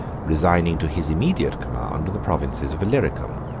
resigning to his immediate command the provinces of illyricum.